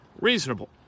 Reasonable